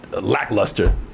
lackluster